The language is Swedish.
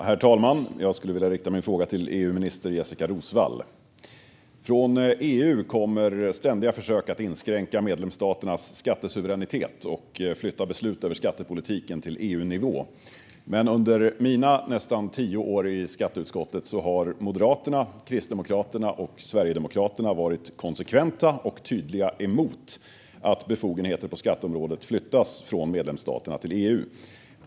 Herr talman! Jag riktar min fråga till EU-minister Jessika Roswall. Från EU kommer ständiga försök att inskränka medlemsstaternas skattesuveränitet och flytta beslut över skattepolitiken till EU-nivå. Men under mina nästan tio år i skatteutskottet har Moderaterna, Kristdemokraterna och Sverigedemokraterna varit konsekvent och tydligt emot att befogenheter på skatteområdet flyttas från medlemsstaterna till EU.